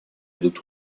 идут